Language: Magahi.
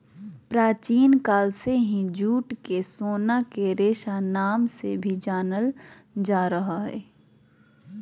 प्राचीन काल से ही जूट के सोना के रेशा नाम से भी जानल जा रहल हय